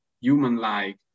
human-like